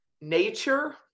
nature